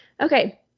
okay